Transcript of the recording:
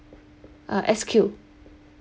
uh S_Q